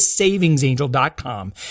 savingsangel.com